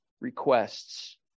requests